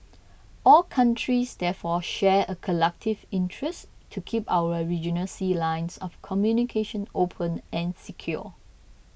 all countries therefore share a collective interest to keep our regional sea lines of communication open and secure